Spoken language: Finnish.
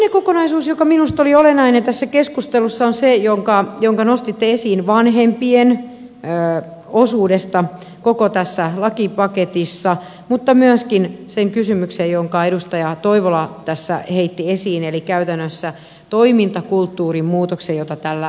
toinen kokonaisuus joka minusta oli olennainen tässä keskustelussa on se jonka nostitte esiin vanhempien osuudesta koko tässä lakipaketissa mutta myöskin se kysymys jonka edustaja toivola tässä heitti esiin eli käytännössä toimintakulttuurin muutos jota tällä lakiesityksellä haetaan